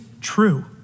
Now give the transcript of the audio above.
true